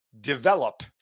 develop